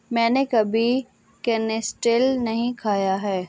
मैंने कभी कनिस्टेल नहीं खाया है